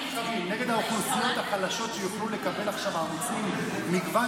הם נגד האוכלוסיות החלשות שיוכלו לקבל עכשיו מגוון